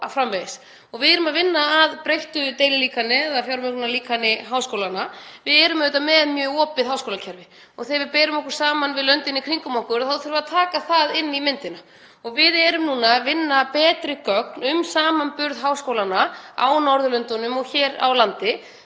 Við erum að vinna að breyttu deililíkani eða fjármögnunarlíkani háskólanna. Við erum auðvitað með mjög opið háskólakerfi og þegar við berum okkur saman við löndin í kringum okkur þurfum við að taka það inn í myndina. Við erum núna að vinna betri gögn um samanburð háskólanna á Norðurlöndunum og hér á landi.